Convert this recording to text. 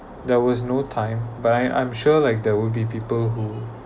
there was no time but I I'm sure like there will be people who